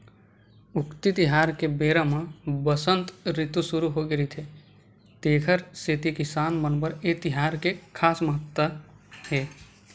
उक्ती तिहार के बेरा म बसंत रितु सुरू होगे रहिथे तेखर सेती किसान मन बर ए तिहार के खास महत्ता हे